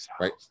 right